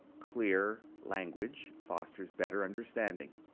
clear language fosters better understanding.